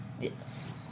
Yes